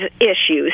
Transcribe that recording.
issues